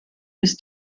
ist